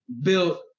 built